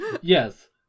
Yes